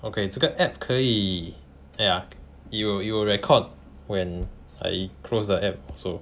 okay 这个 app 可以 !aiya! it'll it will record when I close the app so